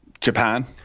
Japan